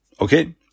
okay